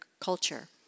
culture